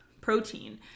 protein